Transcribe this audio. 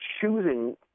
choosing